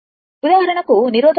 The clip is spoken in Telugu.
ఉదాహరణకు నిరోధకం R